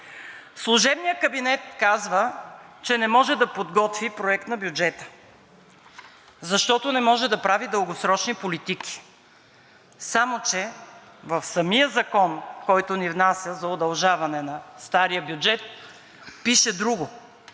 Служебният кабинет казва, че не може да подготви проект на бюджет, защото не може да прави дългосрочни политики, само че в самия закон, който ни внася, за удължаване на стария бюджет пише друго.